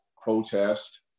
protest